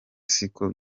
siko